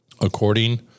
According